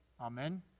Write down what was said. Amen